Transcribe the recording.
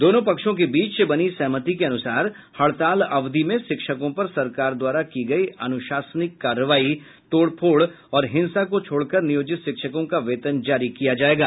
दोनों पक्षों के बीच बनी सहमति के अनुसार हड़ताल अवधि में शिक्षकों पर सरकार द्वारा की गयी अनुशासनिक कार्रवाई तोड़ फोड़ और हिंसा को छोड़कर नियोजित शिक्षकों का वेतन जारी किया जायेगा